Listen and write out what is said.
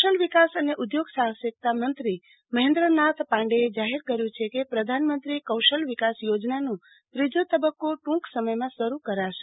કૌશલ્ય વિકાસ અને ઉદ્યોગ સાહસિકતા મંત્રી મહેન્દ્રનાથ પાંડેએ જાહેર કર્યું છે કે પ્રધાનમંત્રી કૌશલ વિકાસ યોજનાનો ત્રીજો તબક્કો ટ્રંક સમયમાં શરૂ કરશે